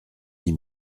dix